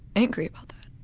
angry about that.